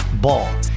Ball